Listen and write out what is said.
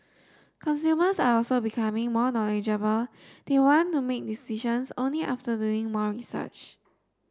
consumers are also becoming more knowledgeable they want to make decisions only after doing more research